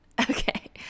Okay